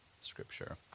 Scripture